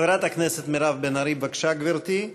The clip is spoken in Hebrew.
חברת הכנסת מירב בן ארי, בבקשה, גברתי,